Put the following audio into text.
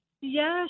Yes